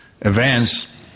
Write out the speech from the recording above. events